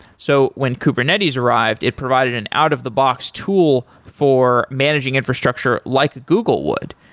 so when kubernetes arrived, it provided an out-of-the-box tool for managing infrastructure, like google would.